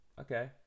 okay